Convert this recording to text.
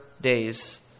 days